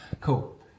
cool